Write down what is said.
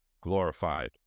glorified